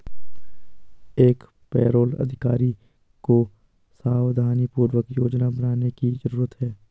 एक पेरोल अधिकारी को सावधानीपूर्वक योजना बनाने की जरूरत है